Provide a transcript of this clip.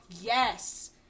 yes